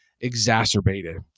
exacerbated